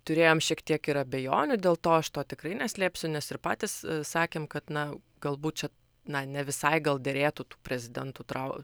turėjom šiek tiek ir abejonių dėl to aš to tikrai neslėpsiu nes ir patys sakėm kad na galbūt čia na ne visai gal derėtų tų prezidentų trau